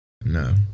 No